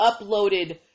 uploaded